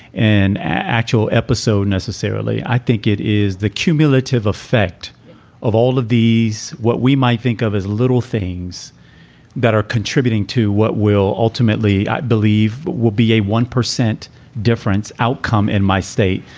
an actual episode necessarily. i think it is the cumulative effect of all of these. what we might think of as little things that are contributing to what will ultimately, i believe will be a one percent difference outcome in my state.